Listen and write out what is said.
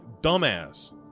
dumbass